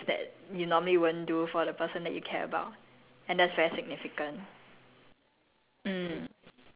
okay that that that makes a lot of sense actually like you would do things that you normally won't do for the person that you care about